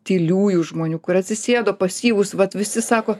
tyliųjų žmonių kurie atsisėdo pasyvūs vat visi sako